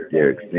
Derek